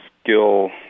skill